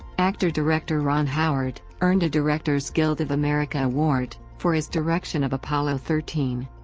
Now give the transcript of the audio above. actor-director ron howard earned a director's guild of america award for his direction of apollo thirteen.